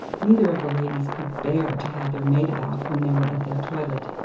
neither of the ladies could bear to have their maid about when they were at their toilet,